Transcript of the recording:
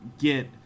get